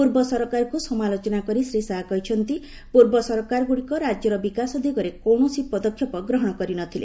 ପୂର୍ବ ସରକାରକୁ ସମାଲୋଚନା କରି ଶ୍ରୀ ଶାହା କହିଛନ୍ତି ପୂର୍ବ ସରକାରଗୁଡ଼ିକ ରାଜ୍ୟର ବିକାଶ ଦିଗରେ କୌଣସି ପଦକ୍ଷେପ ଗ୍ରହଣ କରି ନ ଥିଲେ